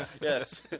yes